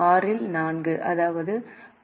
6 ஆல் 4 அதாவது அது 1